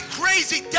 crazy